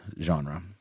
genre